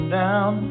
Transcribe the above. down